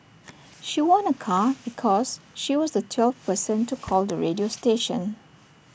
she won A car because she was the twelfth person to call the radio station